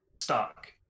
stock